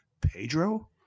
Pedro